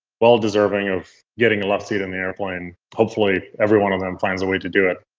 well deserving of getting a left seat in the airplane. hopefully, every one of them finds a way to do it,